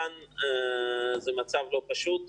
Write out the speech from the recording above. זה מצב לא פשוט,